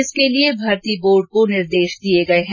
इसके लिए भर्ती बोर्ड को निर्देश दिये गये हैं